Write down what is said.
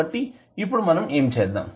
కాబట్టి ఇప్పుడు మనం ఏమి చేద్దాం